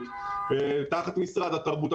תחת משרד התרבות,